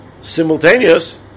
simultaneous